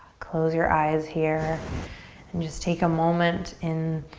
close your eyes here and just take a moment in